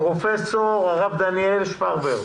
פרופ' הרב דניאל שפרבר,